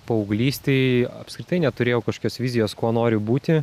paauglystėj apskritai neturėjau kažkokios vizijos kuo noriu būti